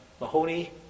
Mahoney